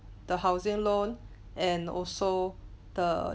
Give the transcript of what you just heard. the housing loan and also the